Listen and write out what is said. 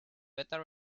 beta